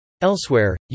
Elsewhere